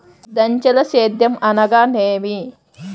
ఐదంచెల సేద్యం అనగా నేమి?